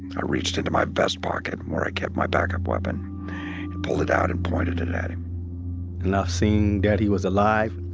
i reached into my vest pocket and where i kept my backup weapon and pull it out and pointed it at him and i seen that was alive,